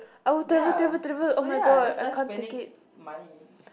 ya so ya that's us spending money